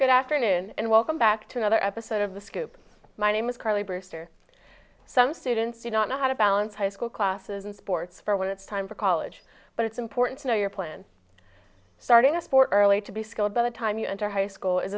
good afternoon and welcome back to another episode of the scoop my name is carly brewster some students do not know how to balance high school classes and sports for when it's time for college but it's important to know your plan starting a sport early to be skilled by the time you enter high school is